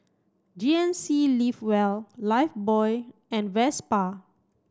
G N C live well Lifebuoy and Vespa